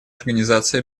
организации